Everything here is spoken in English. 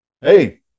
hey